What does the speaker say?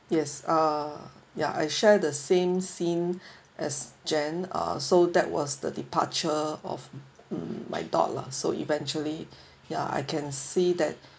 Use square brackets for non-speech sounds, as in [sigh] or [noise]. yes uh ya I share the same scene [breath] as jan uh so that was the departure of um my dog lah so eventually [breath] ya I can see that